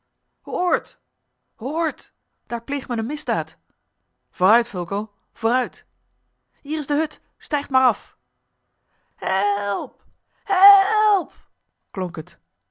hoort hoort daar pleegt men eene misdaad vooruit fulco vooruit hier is de hut stijgt maar af help help klonk het